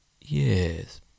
yes